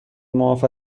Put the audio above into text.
معاف